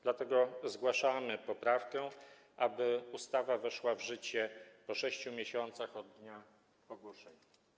Dlatego zgłaszamy poprawkę, aby ustawa weszła w życie po 6 miesiącach od dnia ogłoszenia.